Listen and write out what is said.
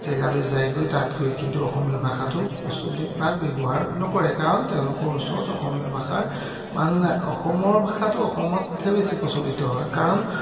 জেগালৈ যায়গৈ তাত গৈ কিন্তু অসমীয়া ভাষাটো প্ৰচলিত বা ব্যৱহাৰ নকৰে কাৰণ তেওঁলোকৰ ওচৰত অসমীয়া ভাষাৰ মানুহ নাই অসমৰ ভাষাটো অসমতহে বেছি প্ৰচলিত হয় কাৰণ